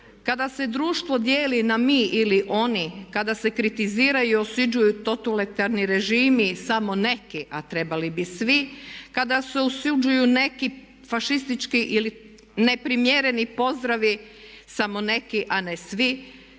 kada se društvo mjeri na mi ili oni, kada se kritiziraju i osuđuju totalitarni režimi, samo neki a trebali bi svi, kada se osuđuju neki fašistički ili neprimjereni pozdravi, samo neki a ne svi,